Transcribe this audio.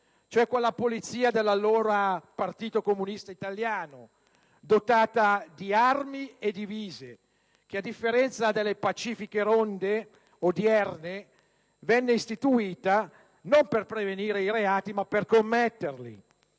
cioè quella polizia dell'allora Partito comunista italiano dotata di armi e di divise che, a differenza delle pacifiche ronde odierne, venne istituita non per prevenire reati, ma per commetterli.